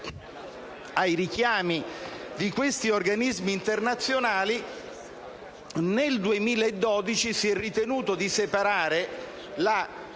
ai richiami di questi organismi internazionali, nel 2012 si è ritenuto di separare la